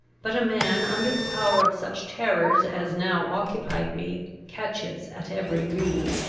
but a man under the power of such terrors as now occupied me catches at every reed.